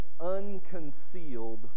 unconcealed